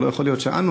ולא יכול להיות שאנו,